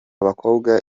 bakobwa